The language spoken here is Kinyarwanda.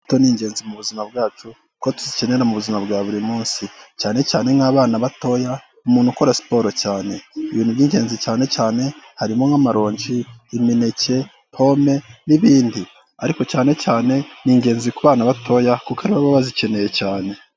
Imbuto ni ingenzi mu buzima bwacu, kuko tuzikenera mu buzima bwa buri munsi. Cyanecyane nk'abana batoya, umuntu ukora siporo cyane. Ibintu by'ingenzi cyanecyane, harimo nk'amarongi, imineke, pome n'ibindi. Ariko cyanecyane ni ingenzi ku bana batoya, kuko baba bazikeneye cyane.